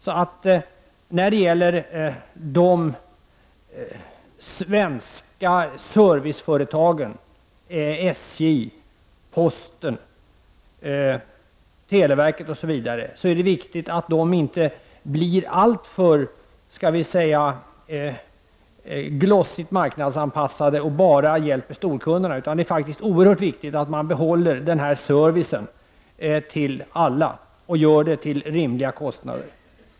Så det är viktigt att de svenska serviceföretagen — SJ, posten, televerket osv. — inte blir alltför, skall vi säga ”glossigt”, marknadsanpassade och bara hjälper storkunderna. Det är faktiskt oerhört viktigt att behålla servicen till alla och göra det till rimliga kostnader.